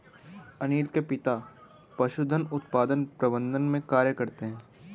अनील के पिता पशुधन उत्पादन प्रबंधन में कार्य करते है